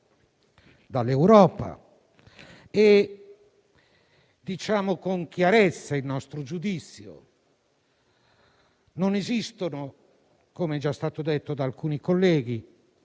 dall'Europa. Diciamo con chiarezza il nostro giudizio: non esistono, com'è già stato detto da alcuni colleghi,